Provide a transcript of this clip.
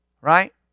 Right